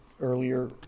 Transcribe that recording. Earlier